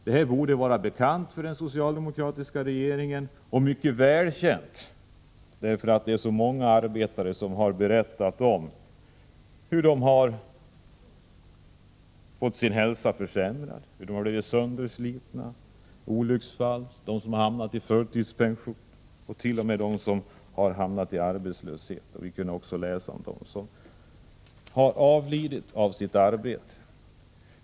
Detta borde vara mycket välkänt för den socialdemokratiska regeringen, eftersom så många arbetare har berättat om hur de har fått sin hälsa försämrad, hur de har blivit sönderslitna i olycksfall, hur de har hamnat i förtidspension och t.o.m. i arbetslöshet. Vi kan också läsa om dem som har avlidit av sitt arbete.